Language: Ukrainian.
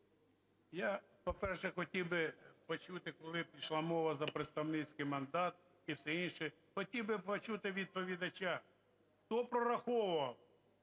Я, по-перше, хотів би почути, коли пішла мова за представницький мандат і все інше, хотів би почути відповідача, хто прораховував,